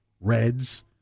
Reds